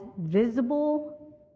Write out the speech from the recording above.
visible